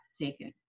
taken